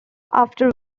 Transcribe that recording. after